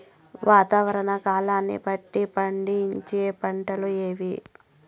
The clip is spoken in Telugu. వాతావరణ కాలాన్ని బట్టి పండించే పంటలు ఏవి?